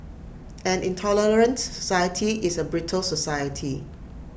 an intolerant society is A brittle society